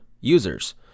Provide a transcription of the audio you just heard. users